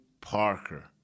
Parker